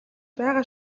байгаа